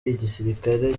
igisirikare